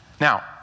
Now